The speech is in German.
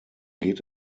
geht